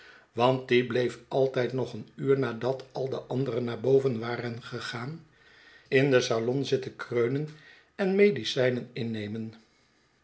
want die bleef altijd nog een uur nadat al de anderen naar boven waren gegaan in den salon zitten kreunen en medicijnen innemen